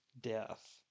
death